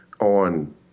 on